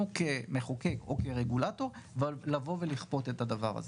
כמחוקק או כרגולטור לבוא ולכפות את הדבר הזה.